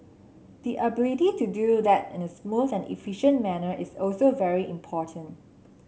the ability to do that in a smooth and efficient manner is also very important